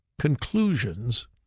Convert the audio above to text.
conclusions